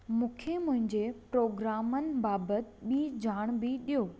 मूंखे मुंहिंजे प्रोग्रामनि बाबति ॿी ॼाण बि ॾियो